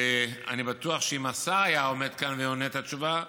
אני בטוח שאם השר היה עומד כאן והיה עונה את התשובה,